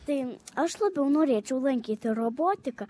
tai aš labiau norėčiau lankyti robotiką